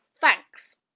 Thanks